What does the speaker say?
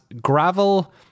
gravel